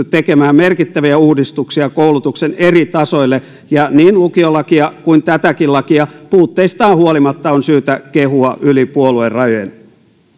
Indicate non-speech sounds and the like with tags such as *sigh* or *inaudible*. *unintelligible* tekemään merkittäviä uudistuksia koulutuksen eri tasoille ja niin lukiolakia kuin tätäkin lakia puutteistaan huolimatta on syytä kehua yli puoluerajojen